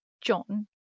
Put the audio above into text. John